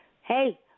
hey